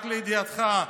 רק לידיעתך,